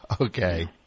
Okay